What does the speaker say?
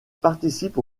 participe